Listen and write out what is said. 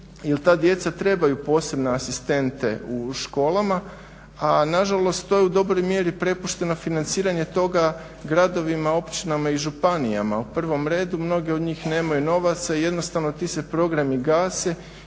jer ta djeca trebaju posebne asistente u školama, a na žalost to je u dobroj mjeri prepušteno financiranje toga gradovima, općinama i županijama. U prvom redu mnogi od njih nemaju novaca, jednostavno ti se programi gase